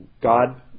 God